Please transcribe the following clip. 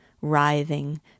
writhing